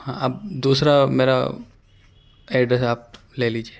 ہاں اب دوسرا میرا ایڈریس آپ لے لیجیے